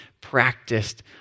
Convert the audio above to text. practiced